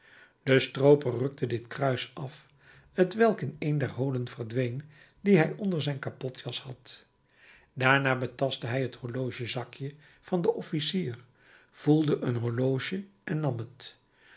de strooper rukte dit kruis af t welk in een der holen verdween die hij onder zijn kapotjas had daarna betastte hij t horlogezakje van den officier voelde een horloge en nam het